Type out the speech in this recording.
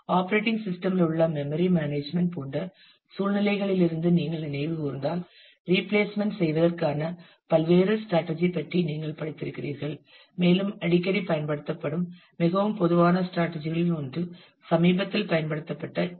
operating system இல் உள்ள memory management போன்ற சூழ்நிலைகளிலிருந்து நீங்கள் நினைவு கூர்ந்தால் ரீப்ளேஸ்மெண்ட் செய்வதற்கான பல்வேறு ஸ்ட்ராடஜி பற்றி நீங்கள் படித்திருக்கிறீர்கள் மேலும் அடிக்கடி பயன்படுத்தப்படும் மிகவும் பொதுவான ஸ்ட்ராடஜி களில் ஒன்று சமீபத்தில் பயன்படுத்தப்பட்ட எல்